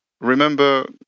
remember